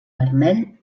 vermell